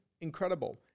incredible